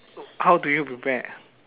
how do you prepare